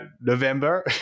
November